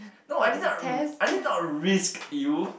no I didn't r~ I did not risk you